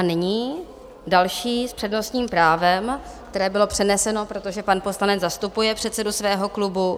Nyní další s přednostním právem, které bylo přeneseno, protože pan poslanec zastupuje předsedu svého klubu.